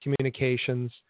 communications